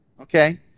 okay